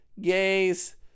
gays